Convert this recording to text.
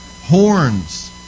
Horns